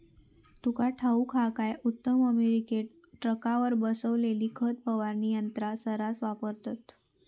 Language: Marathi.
तुका ठाऊक हा काय, उत्तर अमेरिकेत ट्रकावर बसवलेली खत फवारणी यंत्रा सऱ्हास वापरतत